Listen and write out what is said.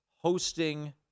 hosting